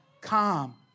calm